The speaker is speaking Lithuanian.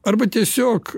arba tiesiog